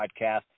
podcast